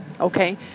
Okay